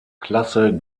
klasse